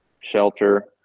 shelter